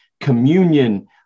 communion